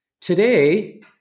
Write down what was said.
Today